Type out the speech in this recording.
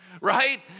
right